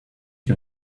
you